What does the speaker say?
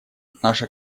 наша